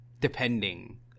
depending